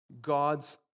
God's